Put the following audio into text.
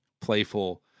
playful